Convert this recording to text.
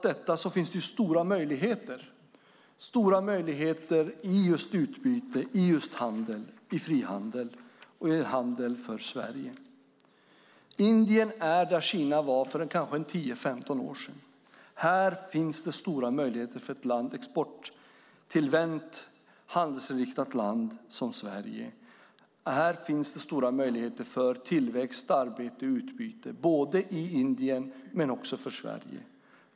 Det finns stora möjligheter i utbyte, handel, frihandel och i handel för Sverige. Indien är där Kina var för 10-15 år sedan. Här finns det stora möjligheter för ett exporttillvänt och handelsinriktat land som Sverige. Här finns det stora möjligheter för tillväxt, arbete och utbyte i Indien och för Sverige.